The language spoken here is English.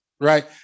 right